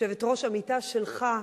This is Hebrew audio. יושבת-ראש עמיתה שלך,